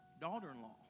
daughter-in-law